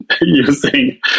using